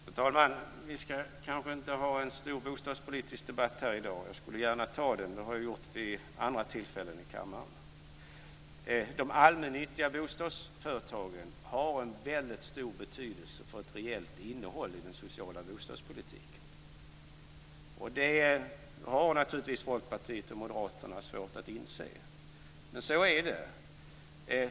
Fru talman! Vi ska kanske inte ha en stor bostadspolitisk debatt här i dag. Jag skulle gärna ha tagit den i dag men det har jag gjort vid andra tillfällen i denna kammare. De allmännyttiga bostadsföretagen har väldigt stor betydelse för ett reellt innehåll i den sociala bostadspolitiken. Det har Folkpartiet och Moderaterna naturligtvis svårt att inse men så är det.